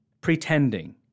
pretending